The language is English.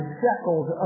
shekels